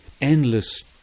endless